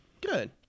good